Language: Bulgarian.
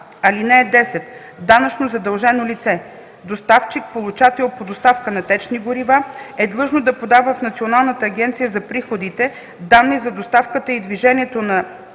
горива. (10) Данъчно задължено лице – доставчик/получател по доставка на течни горива, е длъжно да подава в Националната агенция за приходите данни за доставката и движението на